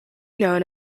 known